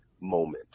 moment